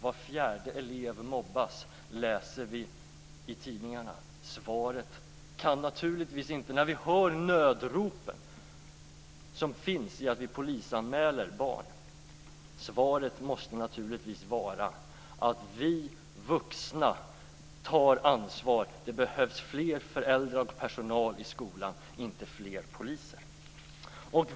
Var fjärde elev mobbas, läser vi i tidningarna. När vi hör nödropen, att barn polisanmäls, måste naturligtvis vi vuxna ta ansvar. Det behövs fler föräldrar och mer personal i skolan, inte fler poliser.